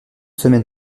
semaine